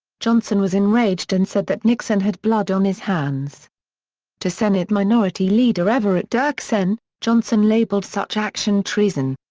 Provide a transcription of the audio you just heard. johnson was enraged and said that nixon had blood on his hands to senate minority leader everett dirksen, johnson labelled such action treason.